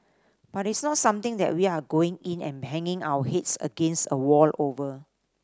but it's not something that we are going in and banging our heads against a wall over